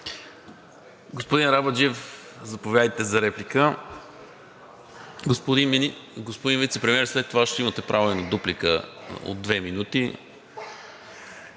Господин Арабаджиев, заповядайте за реплика. Господин Вицепремиер, след това ще имате право и на дуплика от две минути.